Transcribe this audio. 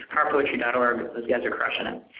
powerpoetry but org, those guys are crushing it.